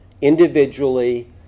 individually